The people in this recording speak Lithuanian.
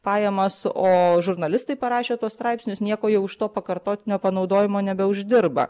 pajamas o žurnalistai parašę tuos straipsnius nieko jau iš to pakartotinio panaudojimo nebeuždirba